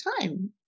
time